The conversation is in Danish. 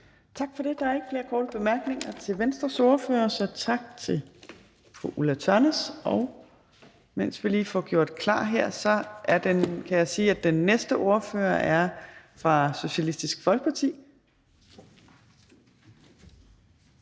Tørnæs. Der er ikke flere korte bemærkninger til ordføreren. Mens vi lige får gjort klar her, kan jeg sige, at den næste ordfører er fra Socialistisk Folkeparti,